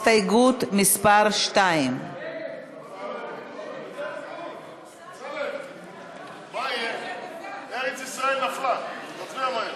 הסתייגות מס' 2. ההסתייגות (2) של חברי הכנסת אורלי לוי אבקסיס,